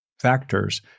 factors